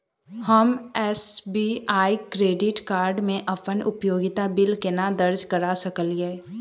हम SBI credit card मे अप्पन उपयोगिता बिल केना दर्ज करऽ सकलिये?